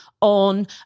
on